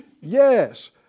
yes